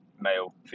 male